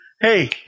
Hey